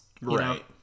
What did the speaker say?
Right